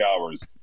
hours